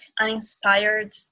uninspired